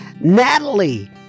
Natalie